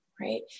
right